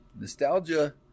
nostalgia